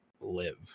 live